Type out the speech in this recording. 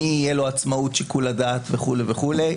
למי תהיה עצמאות שיקול הדעת וכולי וכולי.